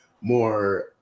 more